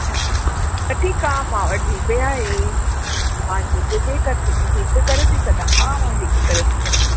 अच्छा त ठीकु आहे मां वटि जीपे आहे मां जीपे करे थी सघां हा मां जीपे करे थी सघां